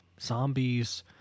zombies